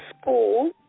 school